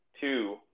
Two